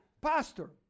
pastor